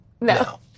No